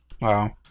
Wow